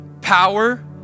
power